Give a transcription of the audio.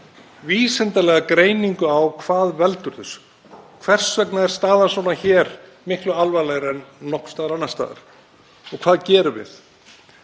vísindalega greiningu á hvað veldur þessu. Hvers vegna er staðan hér svona miklu alvarlegri en nokkurs staðar annars staðar og hvað gerum við?